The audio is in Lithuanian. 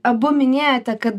abu minėjote kad